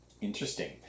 interesting